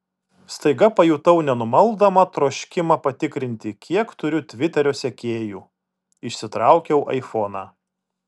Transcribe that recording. staiga pajutau nenumaldomą troškimą patikrinti kiek turiu tviterio sekėjų išsitraukiau aifoną